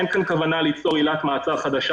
אין כאן כוונה ליצור עילת מעצר חדשה